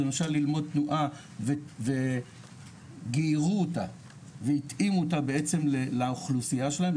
למשל 'ללמוד תנועה' וגיירו אותה והתאימו אותה בעצם לאוכלוסיה שלהם,